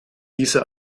diese